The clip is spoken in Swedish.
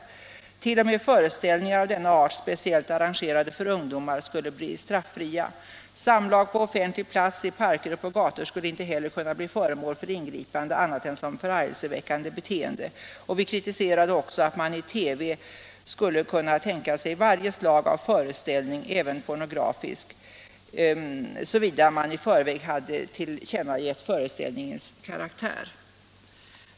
T. o. m. föreställningar av denna art speciellt ar 10 december 1976 rangerade för ungdomar skulle bli staffria. Samlag på offentlig plats, id parker och på gator skulle inte heller kunna bli föremål för ingripande Om åtgärder mot annat än som förargelseväckande beteende. Vi kritiserade också att man pornografi och i TV skulle kunna tänka sig varje slag av föreställning, även pornografisk, — prostitution såvitt man i förväg hade tillkännagivit föreställningens karaktär.